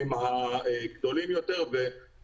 אף אחד לא יודע לספור את זה,